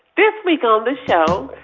this week on the show,